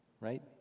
Right